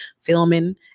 filming